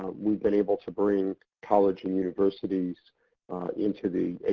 we've been able to bring college and universities into the